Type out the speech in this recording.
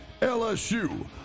LSU